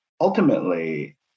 ultimately